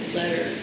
letter